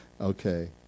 Okay